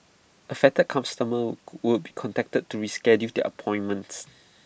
affected customers would be contacted to reschedule their appointments